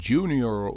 Junior